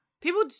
People